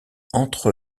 entre